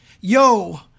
yo